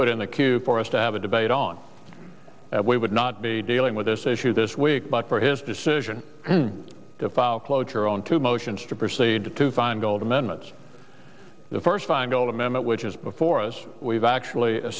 put in the queue for us to have a debate on that we would not be dealing with this issue this week but for his decision to file cloture on two motions to proceed to find gold amendments the first feingold amendment which is before us we've actually